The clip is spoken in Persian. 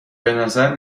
بنظر